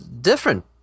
different